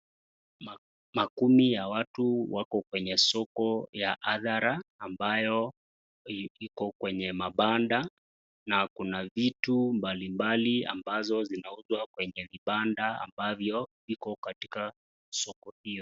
Makundi ya watu wako kwenye soko ya adhara ambayo iko kwenye mabanda na kuna vitu mbalimbali ambazo zinauzwa kwenye vibanda ambavyo viko katika soko hio.